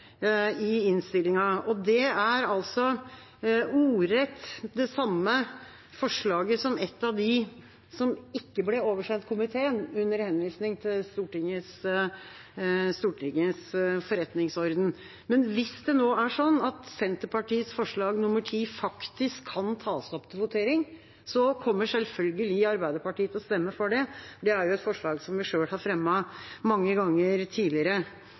i innstillinga, og det er altså ordrett det samme forslaget som et av dem som ikke ble oversendt komiteen under henvisning til Stortingets forretningsorden. Men hvis det nå er sånn at Senterpartiets forslag nr. 10 faktisk kan tas opp til votering, kommer selvfølgelig Arbeiderpartiet til å stemme for det, for det er jo et forslag vi selv har fremmet mange ganger tidligere.